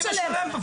אני משלם.